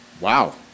wow